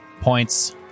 points